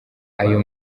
ayo